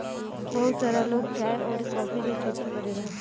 बहुत सारा लोग चाय अउरी कॉफ़ी के खेती करेला